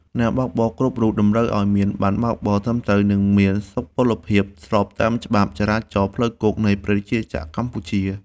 អ្នកបើកបរគ្រប់រូបតម្រូវឱ្យមានប័ណ្ណបើកបរត្រឹមត្រូវ និងមានសុពលភាពស្របតាមច្បាប់ចរាចរណ៍ផ្លូវគោកនៃព្រះរាជាណាចក្រកម្ពុជា។